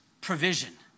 Provision